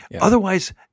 Otherwise